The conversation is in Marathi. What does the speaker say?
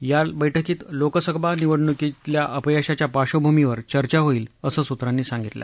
या बैठकीत लोकसभा निवडणुकीतल्या अपयशाच्या पार्श्वभूमीवर चर्चा होईल असं सूत्रांनी सांगितलं